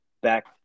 back